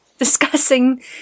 Discussing